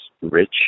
rich